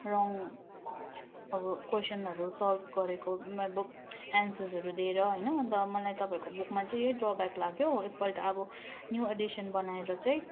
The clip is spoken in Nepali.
रङ अब क्वेसनहरू सल्भ गरेको मै बुक एन्सर्सहरू दिएर होइन अन्त मलाई तपाईँको बुकमा चाहिँ यही ड्रब्याक लाग्यो एकपल्ट अब न्यु एडिसन बनाएर चाहिँ